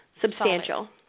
substantial